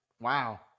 wow